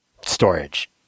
storage